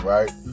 Right